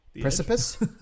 precipice